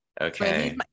Okay